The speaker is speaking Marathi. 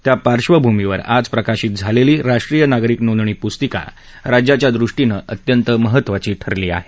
त्या पार्श्वभूमीवर आज प्रकाशित झालेली राष्ट्रीय नागरिक नोंदणी पुस्तिका राज्याच्यादृष्टीनं अत्यंत महत्वाची ठरली आहे